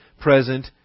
present